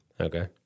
Okay